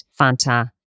Fanta